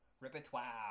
Repertoire